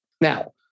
Now